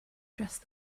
dressed